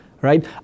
Right